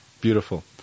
Beautiful